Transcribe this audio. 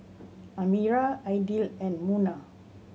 Amirah Aidil and Munah